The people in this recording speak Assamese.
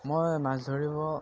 মই মাছ ধৰিব